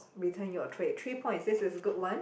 return your tray three points this is a good one